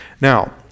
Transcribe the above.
Now